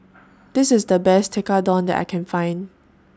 This IS The Best Tekkadon that I Can Find